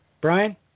Brian